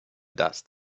dust